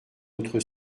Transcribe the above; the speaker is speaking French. autre